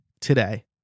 today